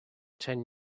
ten